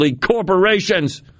corporations